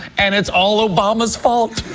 and it's all obama's fault!